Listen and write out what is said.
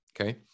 okay